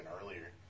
earlier